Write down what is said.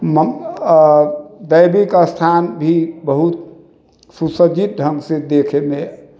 दैविक स्थान भी बहुत सुसज्जित ढङ्गसँ देखैमे